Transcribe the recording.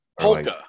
Polka